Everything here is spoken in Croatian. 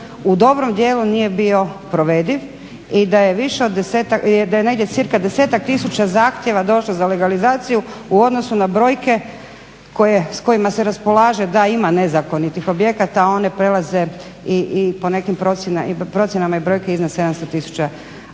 u dobrom dijelu nije bio provediv i da je negdje cca 10-ak tisuća zahtjeva došlo za legalizaciju u odnosu na brojke s kojima se raspolaže da ima nezakonitih objekta a one prelaze po nekim procjenama i brojke iznad 700 tisuća